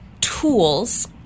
tools